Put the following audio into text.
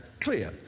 clear